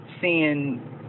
seeing